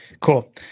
Cool